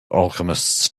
alchemists